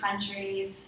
countries